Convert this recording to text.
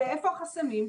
איפה החסמים,